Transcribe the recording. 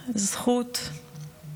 זכות היא עבורי להעלותם על נס,